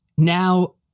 Now